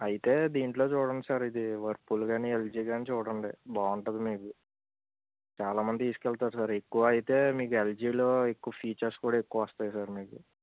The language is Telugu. అయితే దీంట్లో చూడండి సార్ ఇది వర్ల్పూల్ కానీ ఎల్జీ కానీ చూడండి బాగుంటుంది మీకు చాలా మంది తీసుకు వెళ్తారు సార్ ఎక్కువ అయితే మీకు ఎల్జీలో ఎక్కువ ఫీచర్స్ కూడా ఎక్కువ వస్తాయ్ సార్ మీకు